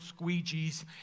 squeegees